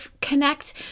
connect